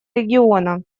региона